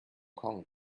kong